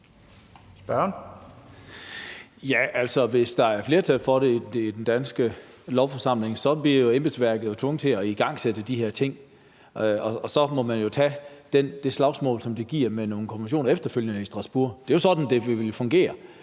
Hvis der er flertal for det i den danske lovgivende forsamling, bliver embedsværket jo tvunget til at igangsætte de her ting. Og så må man tage det slagsmål, som det giver med nogle konventioner, efterfølgende i Strasbourg. Det er sådan, det ville fungere.